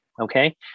Okay